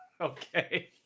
Okay